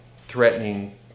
threatening